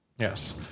Yes